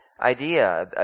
idea